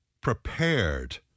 prepared